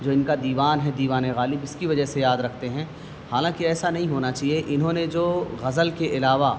جو ان کا دیوان ہے دیوان غالب اس کی وجہ سے یاد رکھتے ہیں حالانکہ ایسا نہیں ہونا چاہیے انہوں نے جو غزل کے علاوہ